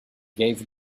gave